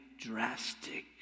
drastic